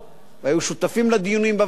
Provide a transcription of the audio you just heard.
היו שותפים לדיונים בוועדות.